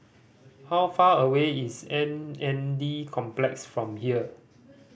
how far away is M N D Complex from here